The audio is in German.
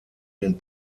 den